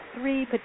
three